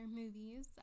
movies